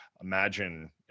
imagine